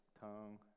tongue